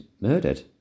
murdered